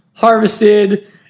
harvested